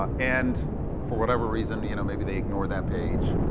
um and for whatever reason, you know maybe they ignore that page.